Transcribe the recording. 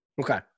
Okay